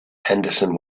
henderson